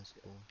school